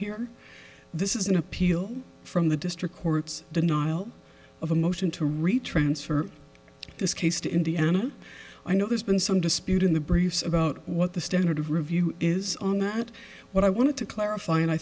here this is an appeal from the district court's denial of a motion to retransfer this case to indiana i know there's been some dispute in the briefs about what the standard of review is on that what i want to clarify and i